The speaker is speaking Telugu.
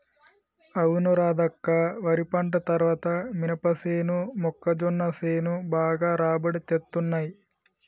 అవును రాధక్క వరి పంట తర్వాత మినపసేను మొక్కజొన్న సేను బాగా రాబడి తేత్తున్నయ్